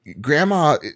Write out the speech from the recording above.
Grandma